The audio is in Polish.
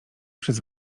przez